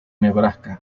nebraska